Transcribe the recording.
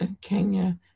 Kenya